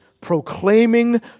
proclaiming